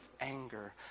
anger